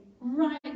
right